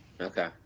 Okay